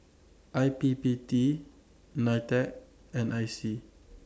I P P T NITEC and I C